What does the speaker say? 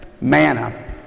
manna